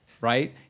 right